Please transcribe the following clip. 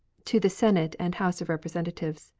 to the senate and house of representatives